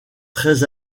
très